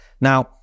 Now